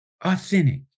authentic